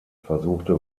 versuchte